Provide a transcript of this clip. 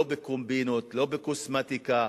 לא בקומבינות, לא בקוסמטיקה,